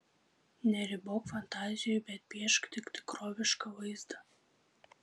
neribok fantazijų bet piešk tik tikrovišką vaizdą